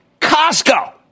Costco